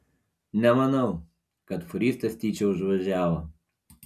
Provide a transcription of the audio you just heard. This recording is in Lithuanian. nemanau kad fūristas tyčia užvažiavo